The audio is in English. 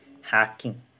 hacking